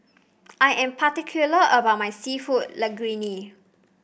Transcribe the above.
I am particular about my seafood Linguine